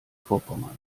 vorpommern